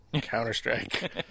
Counter-Strike